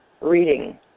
reading